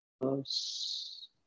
close